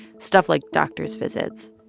stuff like doctors' visits,